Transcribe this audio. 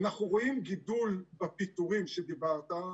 אנחנו רואים גידול בפיטורים שדיברת עליו,